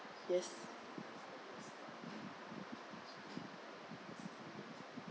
yes